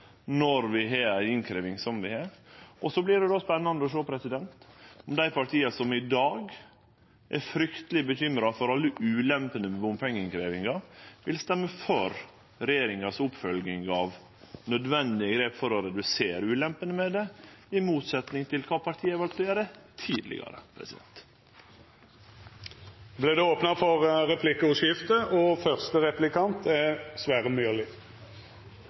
når vi har ei innkrevjing som den vi har. Så vert det spennande å sjå om dei partia som i dag er frykteleg uroa over alle ulempene med bompengeinnkrevjinga, vil stemme for regjeringas oppfølging av nødvendige grep for å redusere ulempene med det, i motsetning til kva partia har valt å gjere tidlegare. Det vert replikkordskifte.